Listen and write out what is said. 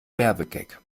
werbegag